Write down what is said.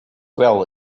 well